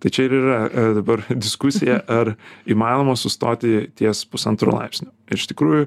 tai čia ir yra dabar diskusija ar įmanoma sustoti ties pusantro laipsnio ir iš tikrųjų